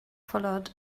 followed